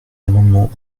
amendements